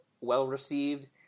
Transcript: well-received